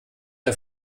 der